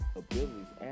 abilities